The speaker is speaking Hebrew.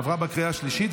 עברה בקריאה שלישית,